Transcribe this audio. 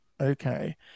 okay